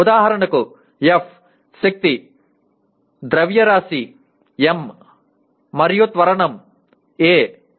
ఉదాహరణకు F శక్తి ద్రవ్యరాశి m మరియు త్వరణం a